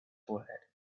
forehead